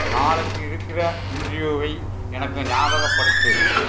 நாளைக்கு இருக்கிற இன்டர்வியூவை எனக்கு ஞாபகப்படுத்து